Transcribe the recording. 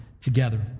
together